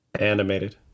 animated